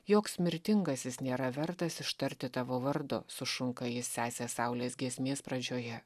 joks mirtingasis nėra vertas ištarti tavo vardo sušunka ji sesės saulės giesmės pradžioje